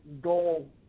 goal